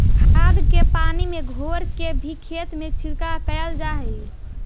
खाद के पानी में घोर के भी खेत में छिड़काव कयल जा हई